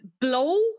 Blow